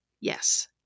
yes